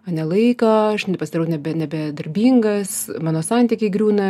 mane laiko aš n pasidarau nebe nebe darbingas mano santykiai griūna